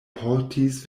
portis